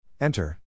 Enter